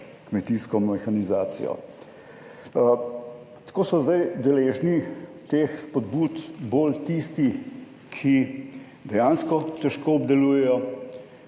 kmetijsko mehanizacijo. Tako so zdaj deležni teh spodbud bolj tisti, ki dejansko težko obdelujejo,